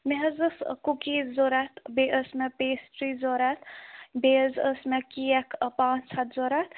مےٚ حظ ٲس کُکیٖز ضروٗرت بیٚیہِ ٲس مےٚ پیسٹری ضروٗرت بیٚیہِ حظ ٲس مےٚ کیک پانٛژھ ہَتھ ضروٗرت